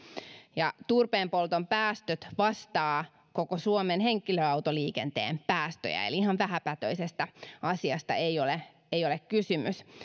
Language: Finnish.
ja turpeenpolton päästöt vastaavat koko suomen henkilöautoliikenteen päästöjä eli ihan vähäpätöisestä asiasta ei ole ei ole kysymys